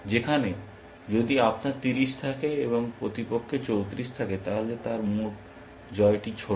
যেখানে যদি আপনার 30 থাকে এবং প্রতিপক্ষের 34 থাকে তাহলে তার জয়টি ছোট